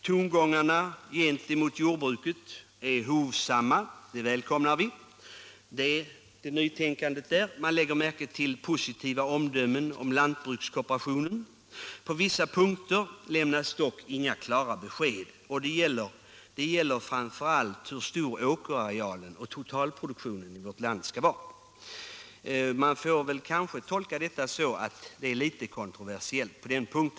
Tongångarna mot jordbruket är hovsamma. Det välkomnar vi — det är ett nytänkande där. Man lägger märke till positiva omdömen om lantbrukskooperationen. På vissa punkter lämnas dock inga klara besked. Det gäller framför allt hur stor åkerarealen och totalproduktionen i vårt land skall vara. Detta får väl tolkas som en litet kontroversiell punkt.